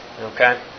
Okay